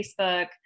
Facebook